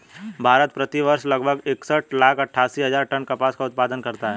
भारत, प्रति वर्ष लगभग इकसठ लाख अट्टठासी हजार टन कपास का उत्पादन करता है